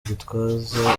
gitwaza